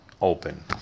open